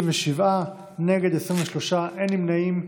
37, נגד, 23, אין נמנעים.